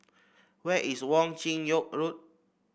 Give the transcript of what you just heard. where is Wong Chin Yoke Road